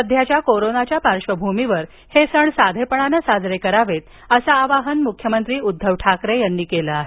सध्याच्या कोरोनाच्या पार्श्वभूमीवर हे सण साधेपणाने साजरे करावेत असं आवाहन मुख्यमंत्री उद्दव ठाकरे यांनी केलं आहे